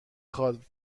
خواد